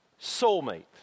soulmate